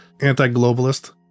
anti-globalist